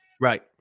Right